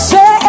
Say